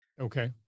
Okay